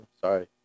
sorry